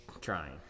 trying